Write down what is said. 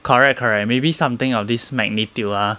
correct correct maybe something of this magnitude ah